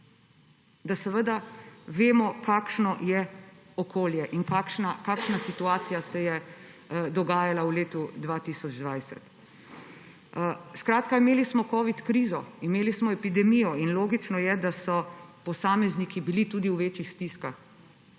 da seveda vemo, kakšno je okolje in kakšna situacija se je dogajala v letu 2020. Skratka, imeli smo covid krizo, imeli smo epidemijo in logično je, da so bili posamezniki tudi v večjih stiskah